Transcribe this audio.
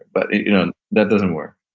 but you know that doesn't work.